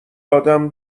آدم